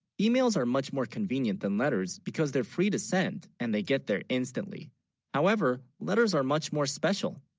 emails are much more convenient than letters because they're free to send and they get there instantly however letters are much more special